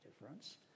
difference